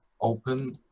open